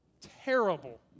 terrible